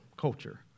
culture